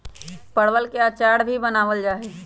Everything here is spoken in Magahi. परवल के अचार भी बनावल जाहई